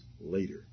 later